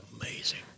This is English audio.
amazing